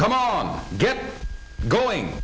come on get going